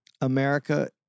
America